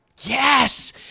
Yes